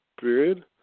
period